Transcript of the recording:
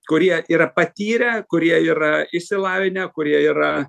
kurie yra patyrę kurie yra išsilavinę kurie yra